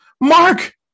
Mark